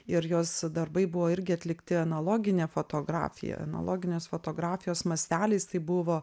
ir jos darbai buvo irgi atlikti analogine fotografija analoginės fotografijos masteliais tai buvo